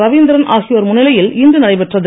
ரவீந்தரன் ஆகியோர் முன்னிலையில் இன்று நடைபெற்றது